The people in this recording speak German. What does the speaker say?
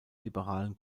liberalen